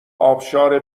آبشار